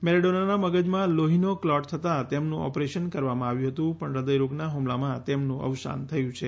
મેરાડીનાના મગજમાં લોહીનો ક્લોટ થતા તેમનું ઓપરેશન કરવામાં આવ્યું હતું પણ હૃદયરોગના હુમલામાં તેમનું અવસાન થયું છે